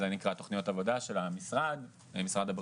וזה נקרא תוכניות עבודה של משרד הבריאות.